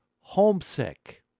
Homesick